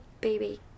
baby